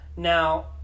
Now